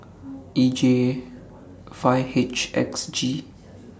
E J five H X G